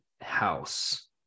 house